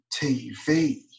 TV